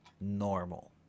normal